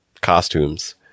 costumes